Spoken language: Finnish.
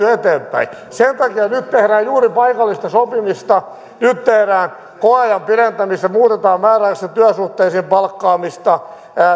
sen takia nyt tehdään juuri paikallista sopimista nyt tehdään koeajan pidentämistä muutetaan määräaikaisiin työsuhteisiin palkkaamista